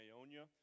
Ionia